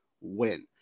Win